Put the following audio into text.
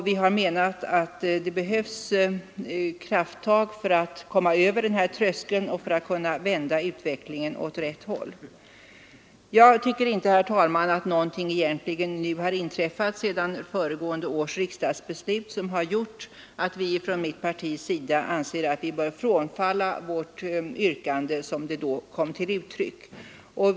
Vi har menat att det behövs Onsdagen den krafttag för att komma över denna tröskel och för att kunna vända 8 maj 1974 utvecklingen åt rätt håll. Jag tycker inte, herr talman, att någonting egentligen har inträffat sedan föregående års riksdagsbeslut som har gjort att vi från mitt partis sida bör frånfalla vårt yrkande såsom det då kom = Väsendet, m.m. till uttryck.